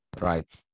Right